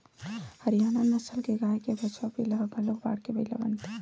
हरियाना नसल के गाय के बछवा पिला ह घलोक बाड़के बइला बनथे